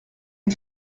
est